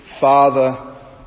Father